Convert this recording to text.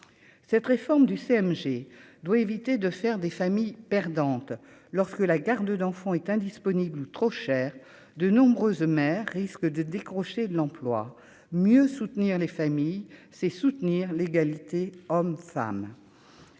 cette réforme du CMG doit éviter de faire des familles perdantes lorsque la garde d'enfant est indisponible trop cher de nombreuses mères risquent de décrocher de l'emploi mieux soutenir les familles, c'est soutenir l'égalité hommes-femme.